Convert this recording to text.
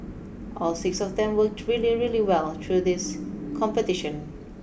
all six of them worked really really well through this competition